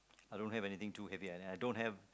I don't have anything too heavy and I don't have